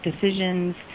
decisions